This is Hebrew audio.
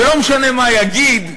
ולא משנה מה יגידו